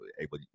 able